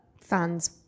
fans